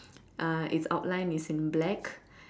uh its outline is in black